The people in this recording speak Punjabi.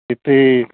ਇੱਥੇ